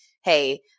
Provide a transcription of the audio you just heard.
hey